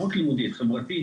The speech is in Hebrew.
לא רק לימודית חברתית,